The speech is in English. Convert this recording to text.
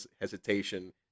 hesitation